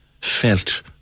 felt